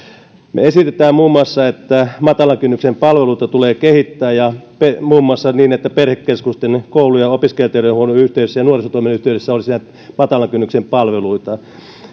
me esitämme muun muassa että matalan kynnyksen palveluita tulee kehittää muun muassa niin että perhekeskusten koulu ja opiskelijaterveydenhuollon ja nuorisotoimen yhteydessä olisi näitä matalan kynnyksen palveluita ja